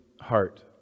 heart